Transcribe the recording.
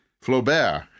Flaubert